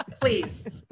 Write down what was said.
Please